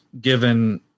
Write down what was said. given